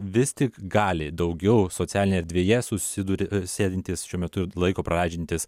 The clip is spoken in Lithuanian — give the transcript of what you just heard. vis tik gali daugiau socialinėje erdvėje susiduri sėdintys šiuo metu laiko praleidžiantys